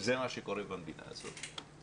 וזה מה שקורה במדינה הזאת,